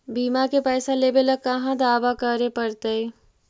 बिमा के पैसा लेबे ल कहा दावा करे पड़तै?